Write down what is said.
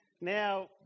Now